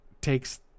takes